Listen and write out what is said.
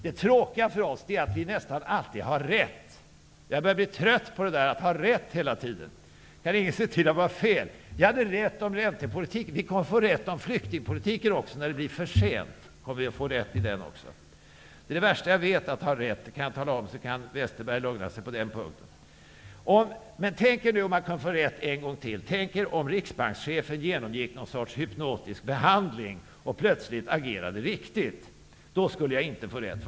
Det tråkiga för oss är att vi nästan alltid har rätt. Jag börjar bli trött på att ha rätt hela tiden. Kan ingen se till att vi får fel? Jag hade rätt om räntepolitiken. Vi kommer att få rätt om flyktingpolitiken också, när det blir för sent. Att ha rätt är det värsta jag vet. Det kan jag tala om, så kan Westerberg lugna sig på den punkten. Tänk er om jag kunde få rätt en gång till. Tänk om Riksbankschefen genomgick någon sorts hypnotisk behandling och plötsligt agerade riktigt. Då skulle jag inte få rätt.